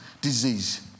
disease